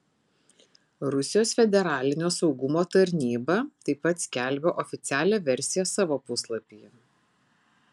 rusijos federalinio saugumo tarnyba taip pat skelbia oficialią versiją savo puslapyje